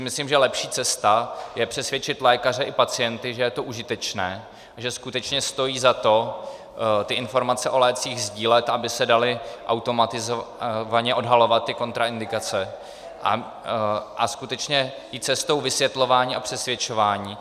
Myslím si, že lepší cesta je přesvědčit lékaře i pacienty, že je to užitečné, že skutečně stojí za to informace o lécích sdílet, aby se daly automatizovaně odhalovat kontraindikace, a skutečně jít cestou vysvětlování a přesvědčování.